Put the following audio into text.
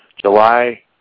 July